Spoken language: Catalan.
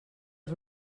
els